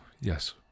yes